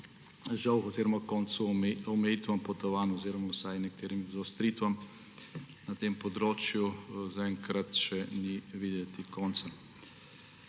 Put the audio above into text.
dejavnosti. Omejitvam potovanj oziroma vsaj nekaterim zaostritvam na tem področju za enkrat še ni videti konca.